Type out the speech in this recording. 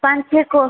पाँच छः को